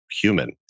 human